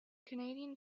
canadian